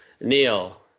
Neil